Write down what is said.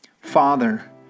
Father